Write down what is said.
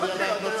לצערי הרב,